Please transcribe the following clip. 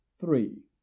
three